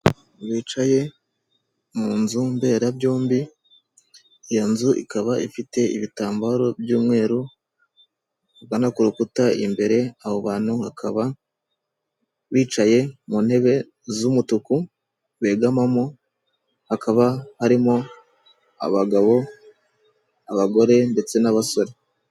Bicaye mu nzu mberabyombi iyo nzu ikaba ifite ibitambaro by'umweru ugana ku rukuta imbere aho bantu hakaba bicaye mu ntebe z'umutuku wegamamo hakaba harimo abagabo, abagore ndetse n'abasore.